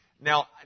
Now